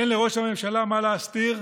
אם אין לראש הממשלה מה להסתיר,